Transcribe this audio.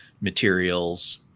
materials